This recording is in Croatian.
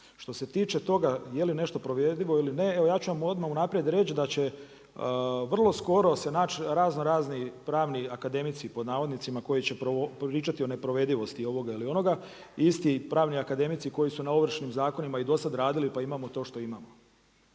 Što se tiče toga je li nešto provjerljivo ili ne, evo ja ću vam odmah unaprijed reći da će vrlo skoro se naći raznorazni pravni akademici pod navodnicima koji će pričati o neprovedivosti ovoga ili onoga. Isti pravni akademici koji su na Ovršnim zakonima i dosad radili, pa imao to što imamo